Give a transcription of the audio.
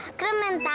come and